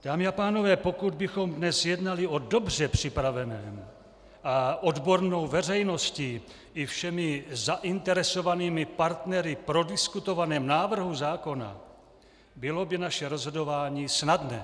Dámy a pánové, pokud bychom dnes jednali o dobře připraveném a odbornou veřejností i všemi zainteresovanými partnery prodiskutovaném návrhu zákona, bylo by naše rozhodování snadné.